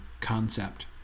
concept